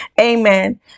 Amen